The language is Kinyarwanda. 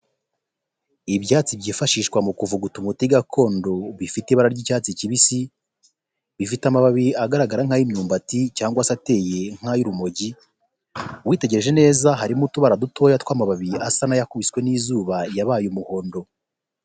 Ibyatsi byifashishwa mu kuvuguta umuti gakondo bifite ibara ry'icyatsi kibisi bifite amababi agaragara nka y'imyumbati cyangwa se ateye nka y'urumogi ,witegereje neza harimo utubara dutoya tw'amababi asa nka yakubiswe ni izuba yabaye umuhondo.